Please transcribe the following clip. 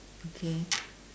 okay